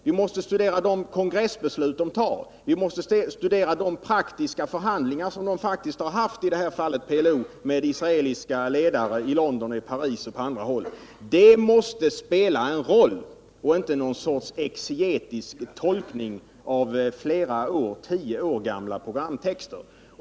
Vi måste studera de kongressbeslut de fattar och, i detta fall, de praktiska förhandlingar som PLO faktiskt har bedrivit med israeliska ledare i London, i Paris och på andra håll. Allt detta måste spela en roll, inte bara något slags exegetisk tolkning av tio år gamla programtexter.